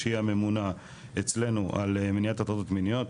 שהיא הממונה אצלנו על מניעת הטרדות מיניות,